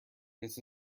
this